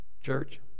Church